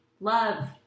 love